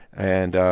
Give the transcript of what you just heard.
and.